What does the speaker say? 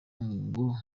ngo